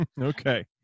okay